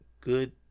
good